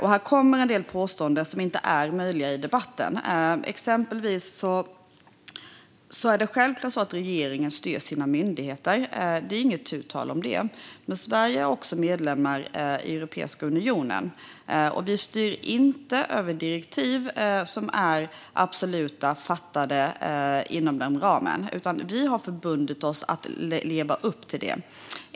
Här kommer en del påståenden som inte är möjliga i debatten. Exempelvis är det självklart så att regeringen styr sina myndigheter. Det är inte tu tal om det. Men Sverige är också medlem i Europeiska unionen. Vi styr inte över direktiv som är fattade inom den ramen, utan vi har förbundit oss att leva upp till det.